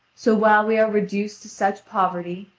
so while we are reduced to such poverty,